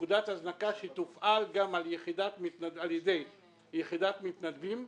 נקודת הזנקה שתופעל גם על ידי יחידת מתנדבים.